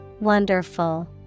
Wonderful